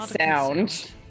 sound